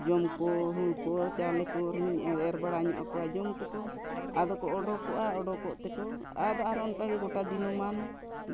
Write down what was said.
ᱡᱚᱢ ᱠᱚ ᱦᱩᱲᱩ ᱠᱚ ᱪᱟᱣᱞᱮ ᱠᱚᱨᱮᱦᱚᱸᱧ ᱮᱨ ᱵᱟᱲᱟ ᱧᱚᱜ ᱟᱠᱚᱣᱟ ᱡᱚᱢ ᱛᱮᱠᱚ ᱟᱫᱚ ᱠᱚ ᱚᱰᱳᱠᱚᱜᱼᱟ ᱚᱰᱳᱠᱚᱜ ᱛᱮᱠᱚ ᱟᱫᱚ ᱟᱨᱦᱚᱸ ᱚᱱᱠᱟᱜᱮ ᱜᱚᱴᱟ ᱫᱤᱱᱟᱹᱢᱟᱱ